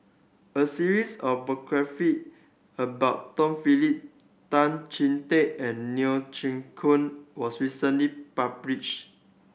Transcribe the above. a series of biography about Tom Phillips Tan Chee Teck and Neo Chwee Kok was recently publish